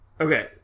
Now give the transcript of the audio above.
Okay